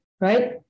right